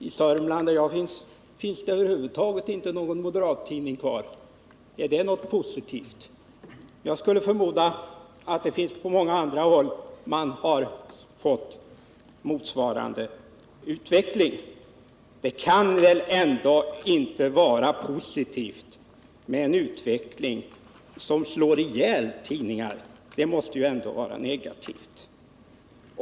I Sörmland, där jag är verksam, finns det över huvud taget inte någon moderat tidning kvar. Är det något positivt? Jag skulle förmoda att man även på många andra håll har fått en motsvarande utveckling. Det kan väl ändå inte vara positivt med en utveckling som slår ihjäl tidningar. Det måste väl ändå vara negativt.